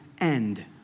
end